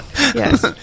Yes